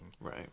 Right